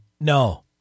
No